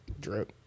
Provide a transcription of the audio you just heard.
drip